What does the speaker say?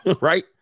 right